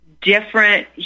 different